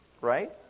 Right